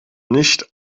nicht